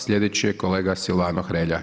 Slijedeći je kolega Silvano Hrelja.